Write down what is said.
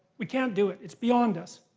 we can't do it, it's beyond us.